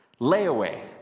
Layaway